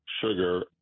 sugar